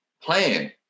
plan